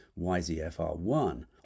YZF-R1